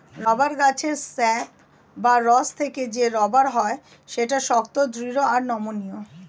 rubber গাছের sap বা রস থেকে যে রাবার হয় সেটা শক্ত, দৃঢ় আর নমনীয়